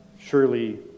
surely